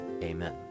Amen